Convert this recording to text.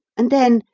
and then,